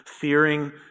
fearing